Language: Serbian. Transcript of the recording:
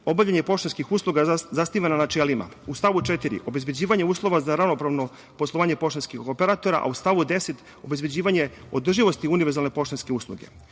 obavljanje poštanskih usluga zasniva na načelima. U stavu 4. – obezbeđivanje uslova za ravnopravno poslovanje poštanskih operatora, a u stavu 10. – obezbeđivanje održivosti univerzalne poštanske usluge.U